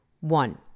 One